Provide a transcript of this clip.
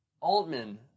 Altman